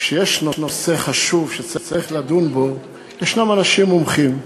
כשיש נושא חשוב שצריך לדון בו, יש אנשים מומחים,